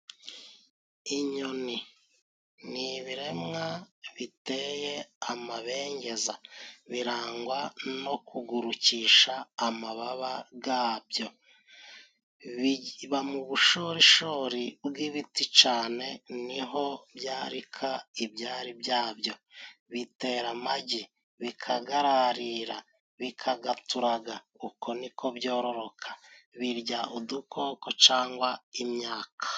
Inyoni ni ibiremwa biteye amabengeza birangwa no gurukisha amababa gabyo, biba mu bushorishori bw'ibiti cane niho byarika ibyari byabyo, bitera amagi bikagararira, bikagaturaga, uko niko byororoka birya udukoko cangwa imyaka.